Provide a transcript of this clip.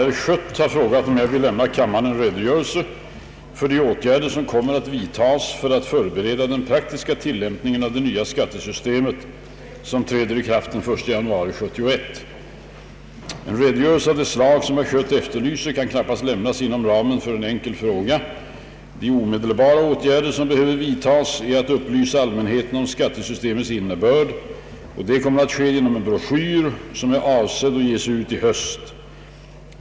Herr talman! Herr Schött har frågat om jag vill lämna kammaren en redogörelse för de åtgärder, som kommer att vidtagas för att förbereda den praktiska tillämpningen av det nya skattesystem, som träder i kraft den 1 januari 1971. En redogörelse av det slag som herr Schött efterlyser kan knappast lämnas inom ramen för en enkel fråga. De omedelbara åtgärder som behöver vidtas är att upplysa allmänheten om skattesystemets innebörd. Detta kommer att ske genom en broschyr som är avsedd att ges ut i höst.